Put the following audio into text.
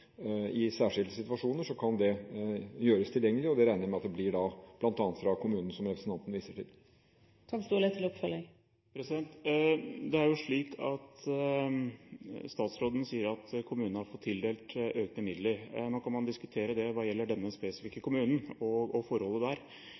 i særskilte situasjoner kan gjøres tilgjengelig. Det regner jeg med blir gjort i bl.a. kommunen som representanten viser til. Statsråden sier at kommunen har fått tildelt økte midler. Det kan man diskutere hva gjelder denne spesifikke